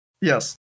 Yes